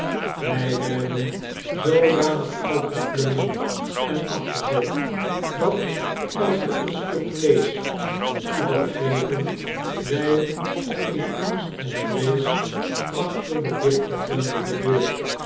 wjj werden zoodanig uitgeplunderd en afgezet dat als we een stuk vleesch b j toeval kregen wij het in angst en vrees achter de dichtgegrendelde dear